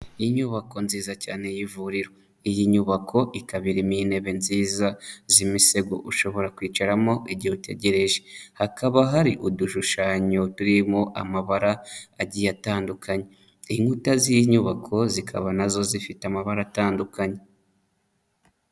Inyubako nziza cyane y'ivuriro. Iyi nyubako ikaba irimo intebe nziza z'imisego ushobora kwicaramo igihe utegereje. Hakaba hari udushushanyo turimo amabara agiye atandukanye. Inkuta z'iyi nyubako zikaba na zo zifite amabara atandukanye.